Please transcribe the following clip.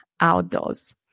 outdoors